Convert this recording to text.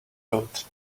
road